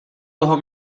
toho